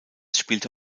spielte